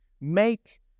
Make